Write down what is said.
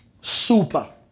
super